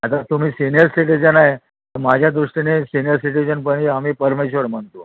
आता तुम्ही senior citizen आहे तर माझ्या दृष्टीने सिनियर सिटीजन म्हणजे आम्ही परमेश्वर मानतो